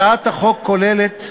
הצעת החוק כוללת,